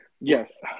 Yes